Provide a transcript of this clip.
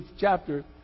chapter